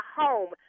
home